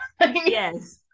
Yes